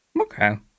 Okay